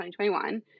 2021